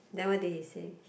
then what did he say